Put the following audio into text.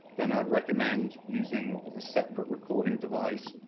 then i would recommend using a separate recording device,